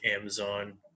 Amazon